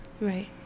Right